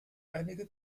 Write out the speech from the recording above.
einige